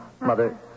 Mother